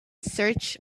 search